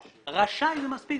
רשאי זה מספיק.